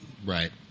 Right